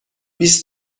بیست